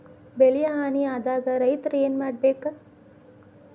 ಬೆಳಿ ಹಾನಿ ಆದಾಗ ರೈತ್ರ ಏನ್ ಮಾಡ್ಬೇಕ್?